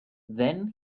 then